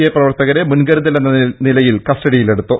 I പ്രവർത്ത കരെ മുൻകരുതലെന്ന നിലയിൽ കസ്റ്റഡിയിലെടുത്തു